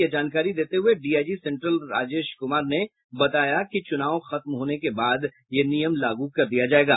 यह जानकारी देते हुए डीआईजी सेंट्रल राजेश कुमार ने बताया कि चुनाव खत्म होने के बाद यह नियम लागू कर दिया जायेगा